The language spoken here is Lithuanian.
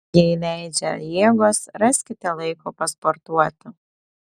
jei leidžia jėgos raskite laiko pasportuoti